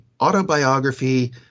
autobiography